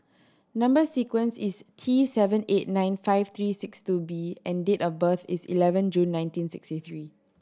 number sequence is T seven eight nine five three six two B and date of birth is eleven June nineteen sixty three